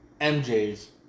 MJ's